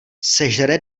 sežere